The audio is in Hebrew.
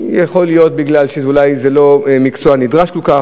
יכול להיות שזה בגלל שזה לא מקצוע נדרש כל כך,